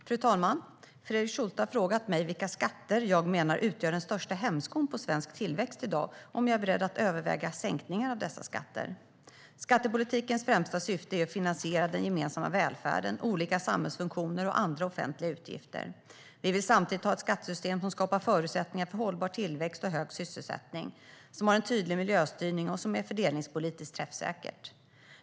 Fru talman! Fredrik Schulte har frågat mig vilka skatter jag menar utgör den största hämskon på svensk tillväxt i dag och om jag är beredd att överväga sänkningar av dessa skatter. Skattepolitikens främsta syfte är att finansiera den gemensamma välfärden, olika samhällsfunktioner och andra offentliga utgifter. Vi vill samtidigt ha ett skattesystem som skapar förutsättningar för hållbar tillväxt och hög sysselsättning, som har en tydlig miljöstyrning och som är fördelningspolitiskt träffsäkert.